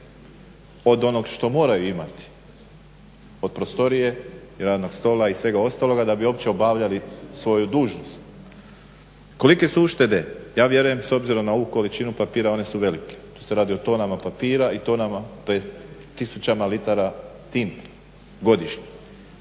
od onog što moraju imati od prostorije i radnog stola i svega ostaloga da bi uopće obavljali svoju dužnost. Kolike su uštede? Ja vjerujem s obzirom na ovu količinu papira one su velike. Tu se radi o tonama papira i tisućama litara tinte godišnje.